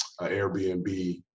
Airbnb